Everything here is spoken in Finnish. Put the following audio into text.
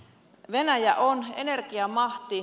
venäjä on energiamahti